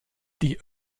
die